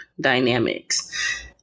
dynamics